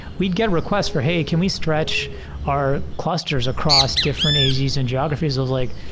we'd get requests for, hey, can we stretch our clusters across different ages and geographies? i was like,